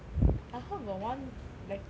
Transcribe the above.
I heard got one lecture band